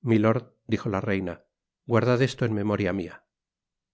milord dijo la reina guardad esto en memoria mia